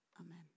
Amen